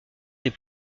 des